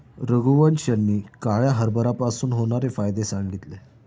रघुवंश यांनी काळ्या हरभऱ्यापासून होणारे फायदे सांगितले